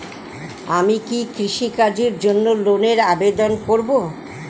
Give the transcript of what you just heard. আমি কি কৃষিকাজের জন্য লোনের আবেদন করব?